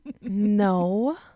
No